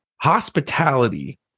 hospitality